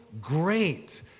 great